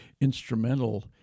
instrumental